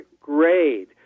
grade